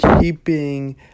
Keeping